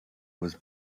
was